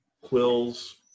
quills